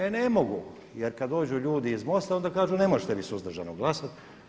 E ne mogu, jer kad dođu ljudi iz MOST-a onda kažu ne možete vi suzdržano glasat.